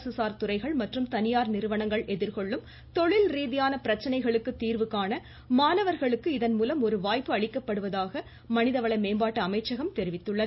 அரசுசார் துறைகள் மற்றும் தனியார் நிறுவனங்கள் எதிர்கொள்ளும் தொழில்ரீதியான பிரச்சனைகளுக்கு தீர்வுகாண மாணவர்களுக்கு இதன்மூலம் ஒரு வாய்ப்பு அளிக்கப்படுவதாகவும் மனிதவள அமைச்சகம் தெரிவித்துள்ளது